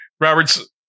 Robert's